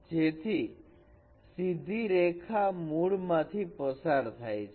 જેથી સીધી રેખા મૂળ માંથી પસાર થાય છે